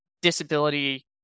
disability